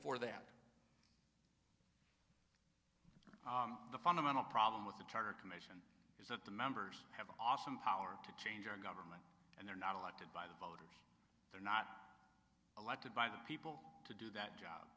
for that the fundamental problem with the charter commission is that the members have an awesome power to change our government and they're not allowed to by the voters are not elected by the people to do that job